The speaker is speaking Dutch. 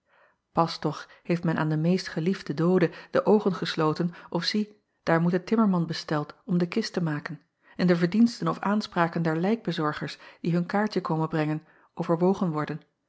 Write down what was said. as toch heeft men aan den meest geliefden doode de oogen gesloten of zie daar moet de timmerman besteld om de kist te maken en de verdiensten of aanspraken der lijkbezorgers die hun kaartje komen brengen overwogen worden